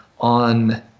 on